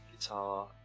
guitar